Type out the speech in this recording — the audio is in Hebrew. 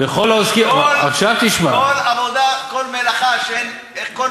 כל עבודה, כל מלאכה, שלוש